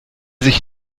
sich